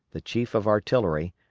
the chief of artillery,